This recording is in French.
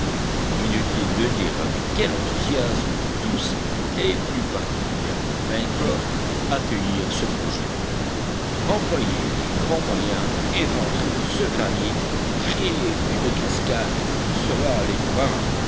inutile de dire avec quel enthousiasme tous et plus particulièrement pencroff accueillirent ce projet employer les grands moyens éventrer ce granit créer une cascade cela